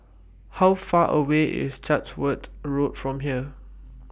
How Far away IS Chatsworth Road from here